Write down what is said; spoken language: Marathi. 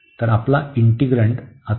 तर आपला इंटिग्रेन्ड आता x होणार आहे